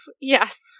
yes